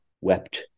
wept